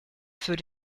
für